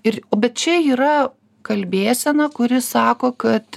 ir o bet čia yra kalbėsena kuri sako kad